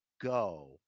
go